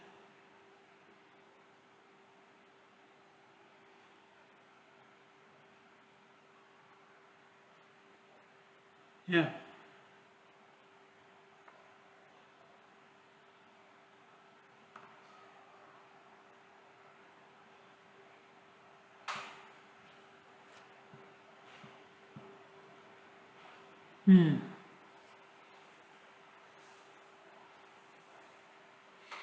ya mm